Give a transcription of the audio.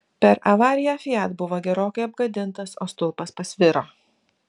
per avariją fiat buvo gerokai apgadintas o stulpas pasviro